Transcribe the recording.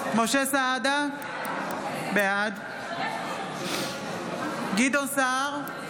סעדה, בעד גדעון סער,